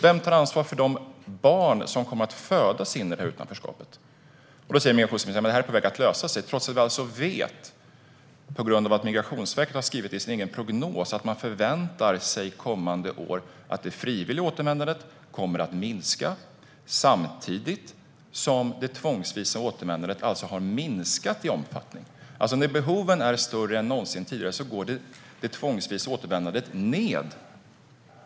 Vem tar ansvar för de barn som kommer att födas in i utanförskapet? Migrationsministern säger att det är på väg att lösa sig, trots att vi alltså vet att det frivilliga återvändandet förväntas minska under kommande år. Det har Migrationsverket skrivit i sin egen prognos. Samtidigt har det tvångsvisa återvändandet minskat i omfattning. När behoven är större än någonsin tidigare går alltså det tvångsvisa återvändandet ned.